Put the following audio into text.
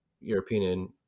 European